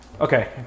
Okay